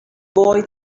boy